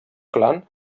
clan